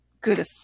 good